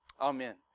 Amen